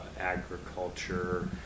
agriculture